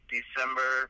December